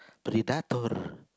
Predator